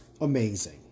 amazing